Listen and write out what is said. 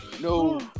no